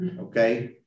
Okay